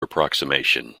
approximation